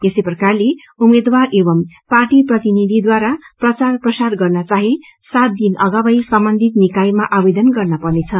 यसै प्रकारले उम्मेद्वार एवं पार्टी प्रतिनिधिद्वारा प्रचार प्रसार गर्न चाहे सात दिन अगावै सम्बन्धित निकायमा आवेदन गर्न पर्नेछ